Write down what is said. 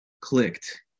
clicked